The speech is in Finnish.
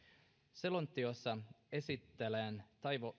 selonteossa esitellään